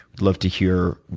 i'd love to hear,